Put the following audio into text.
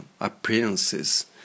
appearances